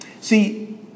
See